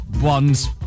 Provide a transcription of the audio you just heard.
ones